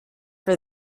for